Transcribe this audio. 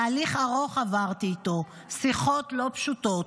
תהליך ארוך עברתי איתו, שיחות לא פשוטות.